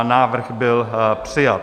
Návrh byl přijat.